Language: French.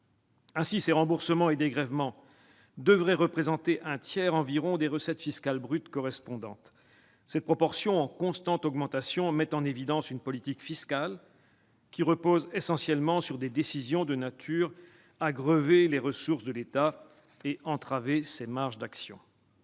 Ainsi, ces remboursements et dégrèvements devraient représenter un tiers environ des recettes fiscales brutes correspondantes. Cette proportion, en constante augmentation, met en évidence que la politique fiscale repose essentiellement sur des décisions de nature à grever les ressources de l'État et à entraver ses marges d'action.